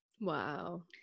Wow